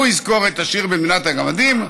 הוא יזכור את השיר במדינת הגמדים,